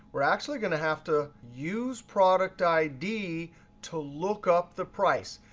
we're actually going to have to use product id to look up the price,